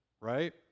right